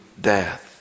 death